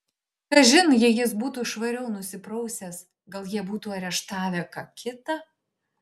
kažin jei jis būtų švariau nusiprausęs gal jie būtų areštavę ką kitą